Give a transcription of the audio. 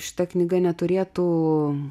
šita knyga neturėtų